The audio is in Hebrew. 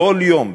כל יום,